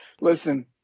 Listen